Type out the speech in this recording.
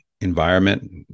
environment